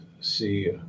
see